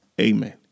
Amen